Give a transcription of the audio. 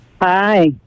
hi